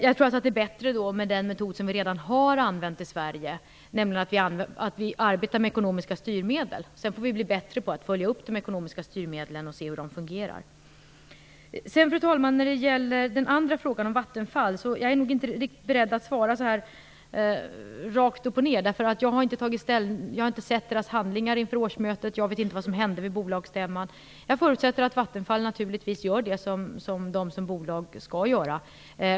Det är bättre med den metod som vi redan har använt i Sverige, nämligen att arbeta med ekonomiska styrmedel. Sedan får vi bli bättre på att följa upp de ekonomiska styrmedlen och se hur de fungerar. Fru talman! När det gäller den andra frågan om Vattenfall är jag inte riktigt beredd att svara rakt upp och ner. Jag har inte sett dess handlingar vid årsmötet, och jag vet inte vad som hände vid bolagsstämman. Jag förutsätter att Vattenfall gör det som det som bolag skall göra.